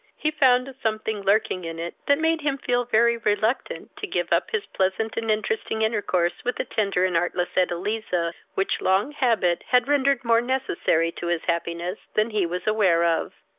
he found a something lurking in it that made him feel very reluctant to give up his pleasant and interesting intercourse with the tender and artless edeliza, which long habit had rendered more necessary to his happiness than he was aware of.